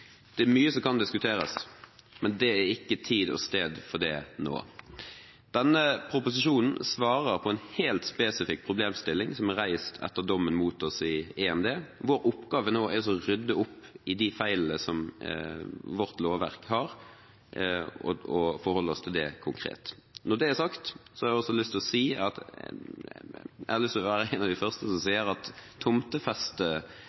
Det er mye som kan diskuteres, men det er ikke tid og sted for det nå. Denne proposisjonen svarer på en helt spesifikk problemstilling som er reist etter dommen mot oss i EMD. Vår oppgave nå er altså å rydde opp i de feilene som vårt lovverk har, og forholde oss til det konkret. Når det er sagt, så har jeg også lyst til å si – jeg har lyst til å være en av de første som sier – at